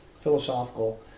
philosophical